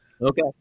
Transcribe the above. Okay